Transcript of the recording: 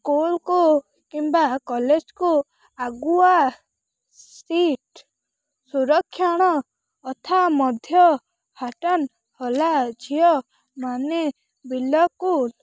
ସ୍କୁଲକୁ କିମ୍ବା କଲେଜକୁ ଆଗୁଆ ସିଟ ସୁରକ୍ଷଣ ଅଥା ମଧ୍ୟ ହାଟନ୍ ହଲା ଝିଅ ମାନେ ବିଲ କୁଲ